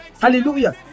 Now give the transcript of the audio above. hallelujah